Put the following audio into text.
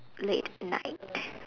late night